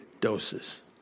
doses